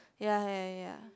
ya ya ya